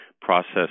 process